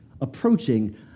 approaching